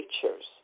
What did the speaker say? pictures